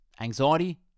anxiety